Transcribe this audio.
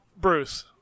Bruce